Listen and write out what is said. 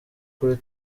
kuri